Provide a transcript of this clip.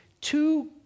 two